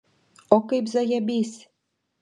o kaip zajabys